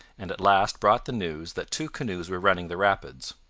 and at last brought the news that two canoes were running the rapids.